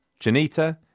Janita